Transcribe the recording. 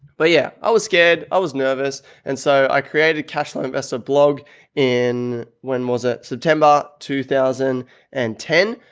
but yeah, i was scared. i was nervous and so i created a cash flow investor blog in. when was it? september two thousand and ten.